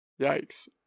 Yikes